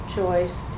choice